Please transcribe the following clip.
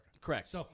Correct